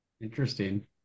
interesting